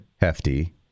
hefty